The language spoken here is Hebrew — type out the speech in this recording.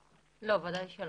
לא, ודאי שלא.